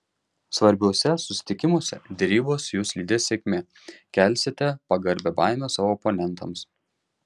svarbiuose susitikimuose derybose jus lydės sėkmė kelsite pagarbią baimę savo oponentams